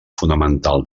fonamental